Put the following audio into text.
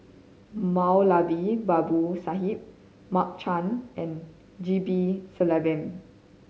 Moulavi Babu Sahib Mark Chan and G P Selvam